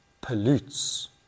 pollutes